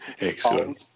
Excellent